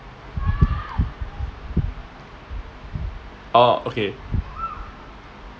orh okay